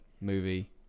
movie